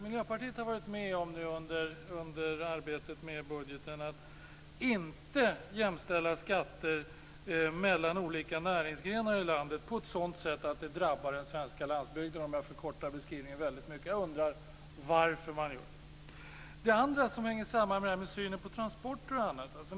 Miljöpartiet har under arbetet med budgeten varit med om att inte jämställa skatter mellan olika näringsgrenar i landet på ett sådant sätt att det drabbar den svenska landsbygden, om jag förkortar beskrivningen väldigt mycket. Jag undrar varför man gör det. Det andra hänger samman med synen på transporter och annat.